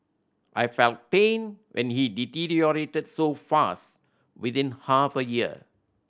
I felt pain when he deteriorated so fast within half a year